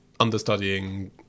understudying